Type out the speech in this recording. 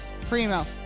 Primo